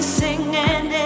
singing